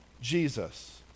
Jesus